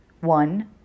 One